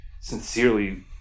sincerely